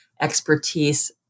expertise